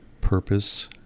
purpose